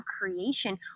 creation